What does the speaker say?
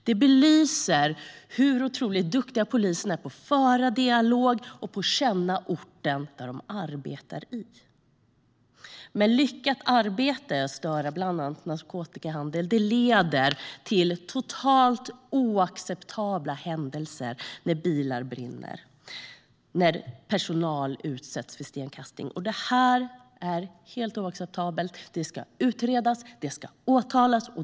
Det belyser hur otroligt duktiga poliserna är på att föra dialog och på att känna orten de arbetar i. Ett lyckat arbete att störa bland annat narkotikahandel leder till totalt oacceptabla händelser när bilar brinner och när personal utsätts för stenkastning. Det är helt oacceptabelt, och det ska utredas och åtalas.